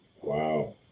wow